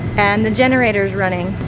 and the generator's running.